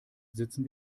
sitzen